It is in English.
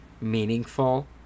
meaningful